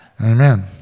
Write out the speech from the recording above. Amen